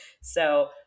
So-